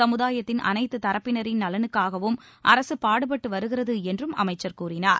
சமுதாயத்தின் அனைத்து தரப்பினரின் நலனுக்காகவும் அரசு பாடுபட்டு வருகிறது என்றும் அமைச்சர் கூறினார்